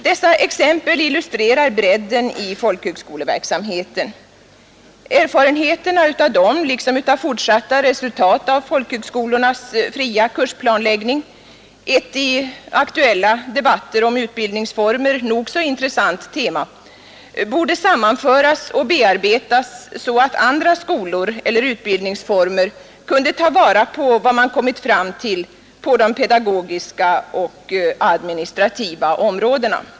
Dessa exempel illustrerar bredden i folkhögskoleverksamheten. Erfarenheterna av dem liksom av fortsatta resultat av folkhögskolornas fria kursplanläggning — i de aktuella debatter om utbildningsformer ett nog så intressant tema — borde sammanföras och bearbetas så att andra skolor eller utbildningsformer kunde ta vara på vad man kommit fram till på de pedagogiska och administrativa områdena.